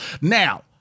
Now